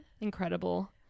Incredible